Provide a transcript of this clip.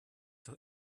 doch